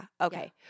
Okay